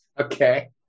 Okay